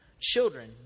Children